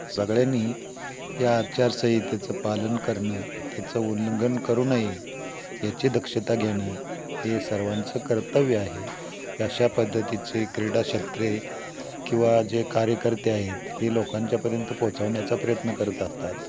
सगळ्यांनी या आचारसंहितेचं पालन करणं त्याचं उल्लंघन करू नये याची दक्षता घेणं हे सर्वांचं कर्तव्य आहे अशा पद्धतीचे क्रीडाक्षेत्रे किंवा जे कार्यकर्ते आहेत हे लोकांच्यापर्यंत पोहोचवण्याचा प्रयत्न करत असतात